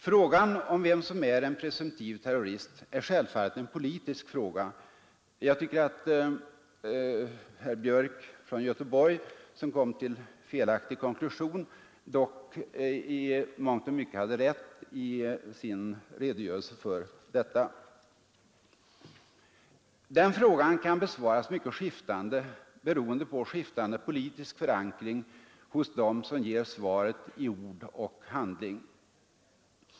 Frågan om vem som är en presumtiv terrorist är självfallet en politisk fråga — jag tycker att herr Björk i Göteborg, som tyvärr kom fram till en felaktig konklusion, dock i mångt och mycket hade rätt i sin redogörelse för detta. Den frågan kan besvaras mycket skiftande beroende på skiftande politisk förankring hos dem som ger svaret i ord och i handling.